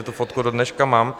Tu fotku dodneška mám.